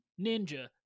ninja